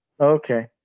okay